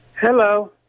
Hello